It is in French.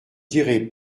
dirai